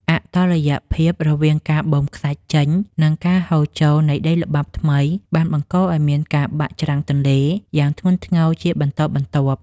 អតុល្យភាពរវាងការបូមខ្សាច់ចេញ និង ការហូរចូលនៃដីល្បាប់ថ្មីបានបង្កឱ្យមានការបាក់ច្រាំងទន្លេយ៉ាងធ្ងន់ធ្ងរជាបន្តបន្ទាប់។